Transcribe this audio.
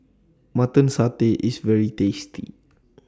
Mutton Satay IS very tasty